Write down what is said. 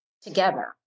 together